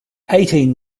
eighteen